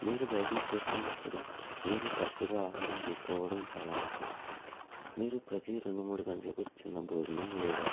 మీరు బైకింగ్ చేస్తున్నప్పుడు మీరు తరచుగా ఆహారం తీసుకోవడం చాలా ముఖ్యం మీరు ప్రతీ రెండు మూడు గంటలకు చిన్న భోజనం లేదా